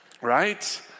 right